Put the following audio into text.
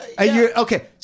Okay